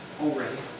already